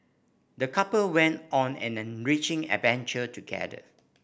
the couple went on an enriching adventure together